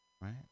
Right